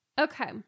Okay